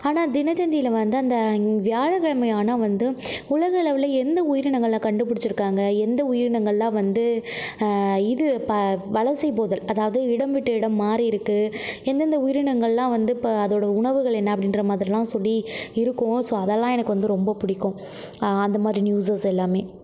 ஆனால் தினத்தந்தியில் வந்து அந்த வியாழ கிழமை ஆனால் வந்து உலகளவில் எந்த உயிரினங்களை கண்டுபிடிச்சிருக்காங்க எந்த உயிரினங்கள்லாம் வந்து இது வலசை போதல் அதாவது இடம் விட்டு இடம் மாறி இருக்கு எந்தெந்த உயிரினங்கள்லாம் வந்து இப் அதோட உணவுகள் என்ன அப்படின்ற மாதிரிலாம் சொல்லி இருக்கும் ஸோ அதலாம் எனக்கு வந்து ரொம்ப பிடிக்கும் அந்த மாதிரி நியூஸஸ் எல்லாம்